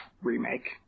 remake